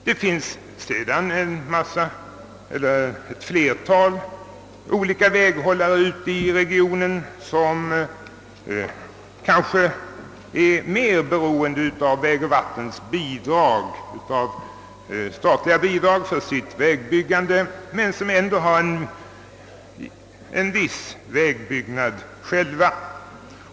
Det finns sedan ute i regionen ett flertal olika väghållare som kanske är mer beroende av vägoch vattenbyggnadsstyrelsens statliga bidrag för sitt vägbyggande men som ändå har visst vägbyggande själva.